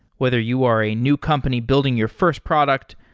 whether you are a new company building your first product,